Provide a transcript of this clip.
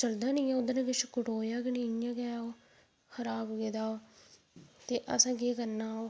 चलदा नेईं एह् एह्दे नै किश और कटोआ गै नीं इयां गे ऐ खराब गेदा ओह् ते असें केह् करना ओह्